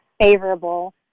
favorable